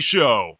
Show